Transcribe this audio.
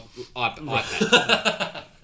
iPad